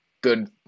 good –